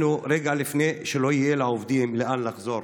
אנחנו רגע לפני שלא יהיה לעובדים לאן לחזור.